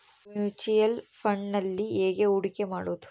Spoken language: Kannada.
ಮ್ಯೂಚುಯಲ್ ಫುಣ್ಡ್ನಲ್ಲಿ ಹೇಗೆ ಹೂಡಿಕೆ ಮಾಡುವುದು?